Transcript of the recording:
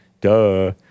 Duh